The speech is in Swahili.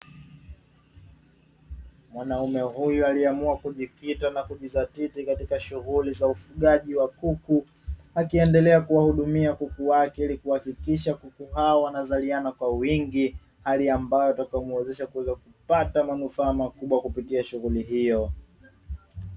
Mwanaume huyu aliyeamua kujikita na kujizatiti katika shughuli za ufugaji wa kuku, akiendelea kuwahudumia kuku wake ili kuhakikisha kuku hawa wanazaliana kwa wingi hali ambayo itamuwezesha mkulima kupata manufaa makubwa kupitia shughuli hiyo.